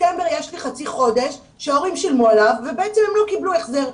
בספטמבר יש לי חצי חודש שההורים שילמו עליו ובעצם לא קיבלו החזר,